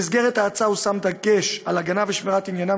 במסגרת ההצעה הושם דגש על הגנה ועל שמירת עניינם